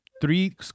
Three